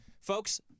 Folks